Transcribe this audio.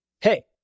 Hey